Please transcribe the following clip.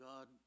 God